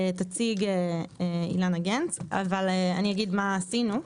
תציג אילנה גנס, אבל אני אגיד מה עשינו.